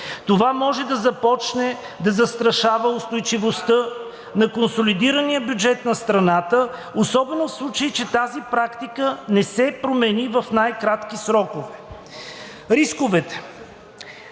Това може да започне да застрашава устойчивостта на консолидирания бюджет на страната, особено в случай че тази практика не се промени в най-кратки срокове. Рисковете.